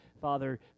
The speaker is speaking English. Father